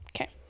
Okay